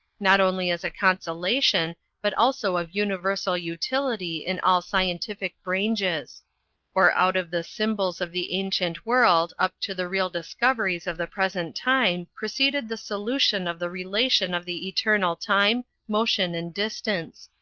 not only as a consolation but also of universal utility in all scientific branges or out of the simbols of the ancient world, up to the real discoveries of the present time proceeded the solution of the relation of the eternal time, motion, and distance.